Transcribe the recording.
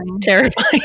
terrifying